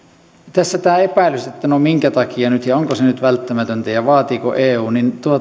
tässä heräsi epäilys että no minkä takia nyt ja onko se nyt välttämätöntä ja vaatiiko eu